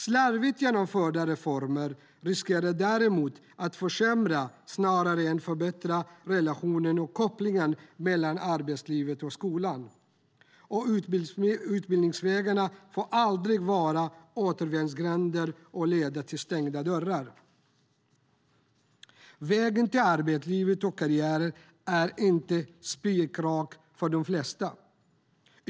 Slarvigt genomförda reformer riskerar däremot att försämra snarare än förbättra relationen och kopplingen mellan arbetslivet och skolan. Utbildningsvägarna får aldrig vara återvändsgränder och leda till stängda dörrar. Vägen till arbetslivet och karriären är inte spikrak för de flesta.